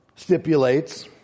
Stipulates